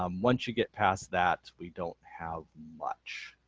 um once you get past that we don't have much.